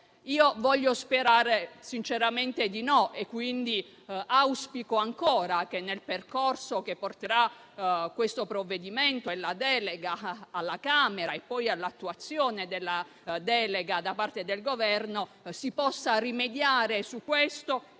Voglio sperare sinceramente di no e, quindi, auspico ancora che, nel percorso che porterà questo provvedimento e la delega alla Camera e poi all'attuazione della delega da parte del Governo, si possa rimediare su questo